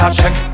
check